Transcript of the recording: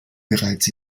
bereits